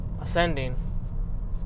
ascending